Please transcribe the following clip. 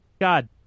God